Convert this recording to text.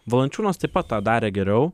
valančiūnas taip pat tą darė geriau